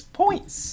points